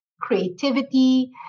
creativity